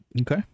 okay